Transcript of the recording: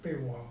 被我